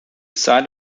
site